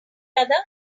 other